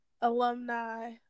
alumni